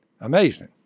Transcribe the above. amazing